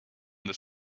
this